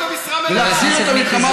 אבל אתה שר החוץ כבר,